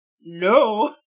No